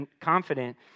confident